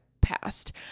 passed